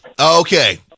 Okay